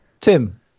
Tim